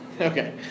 Okay